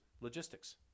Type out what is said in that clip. logistics